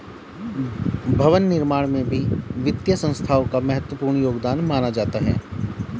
भवन निर्माण में भी वित्तीय संस्थाओं का महत्वपूर्ण योगदान माना जाता है